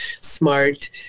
smart